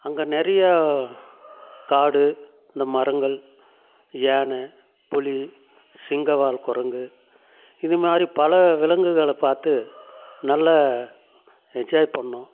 அங்கே நிறையா காடு இந்த மரங்கள் யானை புலி சிங்கவால் குரங்கு இது மாரி பல விலங்குகளை பார்த்து நல்ல என்ஜாய் பண்ணோம்